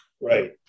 Right